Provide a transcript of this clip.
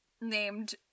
named